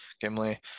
Gimli